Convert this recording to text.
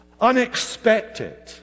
unexpected